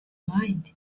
mind